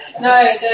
No